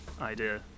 idea